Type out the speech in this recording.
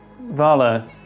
Vala